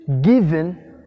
given